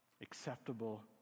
acceptable